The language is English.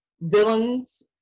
villains